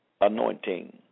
anointing